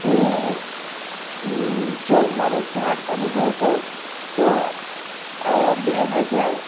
હું જો મારો જાત અનુભવ કહું તો આ બે હજાર